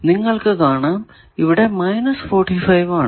നിങ്ങൾക്കു കാണാം ഇവിടെ 45 ആണ്